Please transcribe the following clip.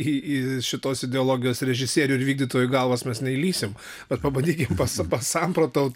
į į šitos ideologijos režisierių ir vykdytojų galvas mes neįlįsim bet pabandykim pasamprotaut